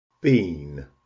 Bean